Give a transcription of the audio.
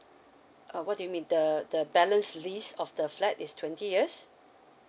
uh what do you mean the the balance list of the flat is twenty years